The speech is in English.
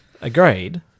agreed